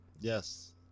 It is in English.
Yes